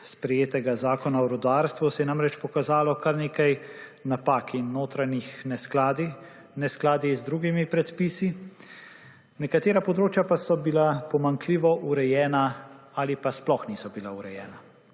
sprejetega Zakona o rudarstvu se je namreč pokazalo kar nekaj napak in notranjih neskladij, neskladij z drugimi predpisi, nekatera področja pa so bila pomanjkljivo urejena ali pa sploh niso bila urejena.